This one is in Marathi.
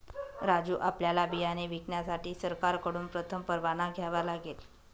राजू आपल्याला बियाणे विकण्यासाठी सरकारकडून प्रथम परवाना घ्यावा लागेल